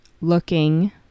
looking